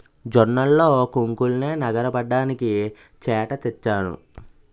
జొన్నల్లో కొంకుల్నె నగరబడ్డానికి చేట తెచ్చాను